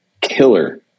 killer